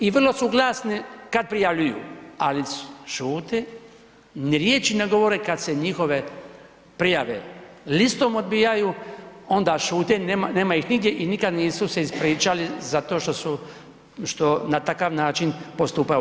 I vrlo su glasni kad prijavljuju, ali šute, ni riječi ne govore kad se njihove prijave listom odbijaju, onda šute, nema ih nigdje i nikad nisu se ispričali za to što su, što na takav način postupaju.